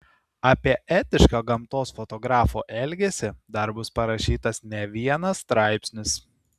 apie etišką gamtos fotografo elgesį dar bus parašytas ne vienas straipsnis